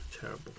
terrible